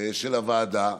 של הוועדה.